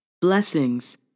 Blessings